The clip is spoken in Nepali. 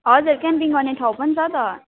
हजुर क्याम्पिङ गर्ने ठाउँ पनि छ त